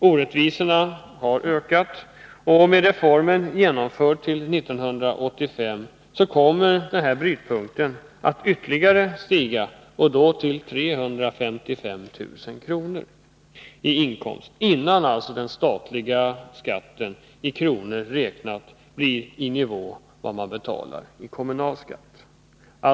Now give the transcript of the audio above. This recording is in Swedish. Orättvisorna har alltså ökat. Med reformen genomförd till 1985 kommer denna brytpunkt att ligga vid 355 000 kr. i inkomst. Det är alltså först där som den statliga skatten i kronor räknat blir i nivå med den kommunala.